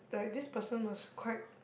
like this person was quite